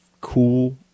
cool